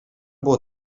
było